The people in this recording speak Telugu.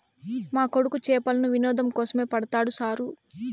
మా కొడుకు చేపలను వినోదం కోసమే పడతాడు సారూ